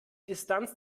distanz